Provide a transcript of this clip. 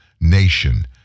nation